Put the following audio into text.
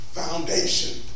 foundation